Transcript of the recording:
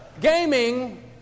Gaming